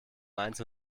mainz